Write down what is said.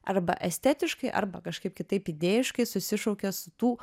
arba estetiškai arba kažkaip kitaip idėjiškai susišaukia su tų